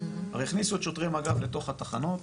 הרי הכניסו את שוטרי מג"ב לתוך התחנות,